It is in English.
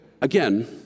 Again